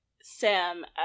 Sam